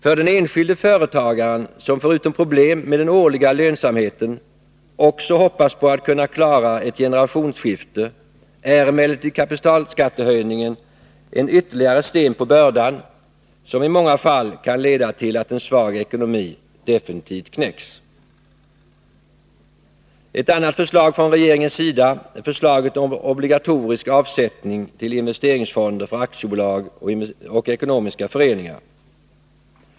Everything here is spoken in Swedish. För den enskilde företagaren, som — förutom problemen med den årliga lönsamheten — också hoppas på att kunna klara ett generationsskifte, är emellertid kapitalskattehöjningen en ytterligare sten på bördan, som i många fall kan leda till att en svag ekonomi definitivt knäcks. Ett annat förslag från regeringens sida är förslaget om obligatorisk avsättning till investeringsfonder för aktiebolag och ekonomiska föreningar.